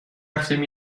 رفتیم